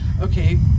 okay